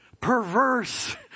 perverse